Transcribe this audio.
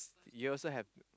you also have